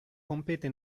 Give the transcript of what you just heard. compete